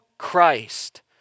christ